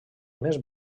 més